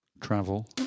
Travel